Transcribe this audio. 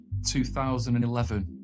2011